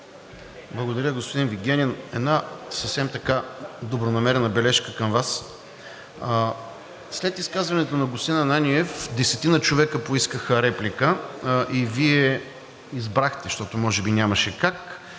Благодаря, господин Вигенин. Една съвсем добронамерена бележка към Вас. След изказването на господин Ананиев десетина човека поискаха реплика и Вие избрахте, защото може би нямаше как,